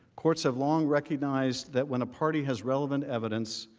courts have long recognized that when a party has relevant evidence,